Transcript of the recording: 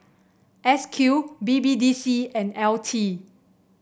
S Q B B D C and L T